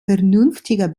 vernünftiger